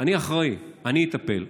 אני אחראי, אני אטפל.